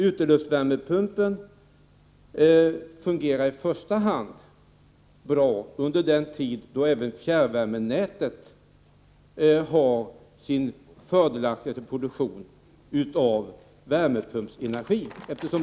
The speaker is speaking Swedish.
Uteluftsvärmepumpen fungerar i första hand bra under den tid då även fjärrvärmenätet har sin fördelaktigaste produktion av värmepumpsenergi.